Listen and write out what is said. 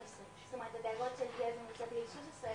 זאת אומרת דאגות של ילד ממוצע בגיל שש עשרה,